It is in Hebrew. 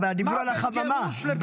אבל דיברו על החממה.